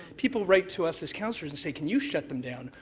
people write to us as councillors and say can you shut them down.